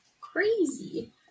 crazy